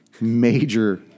major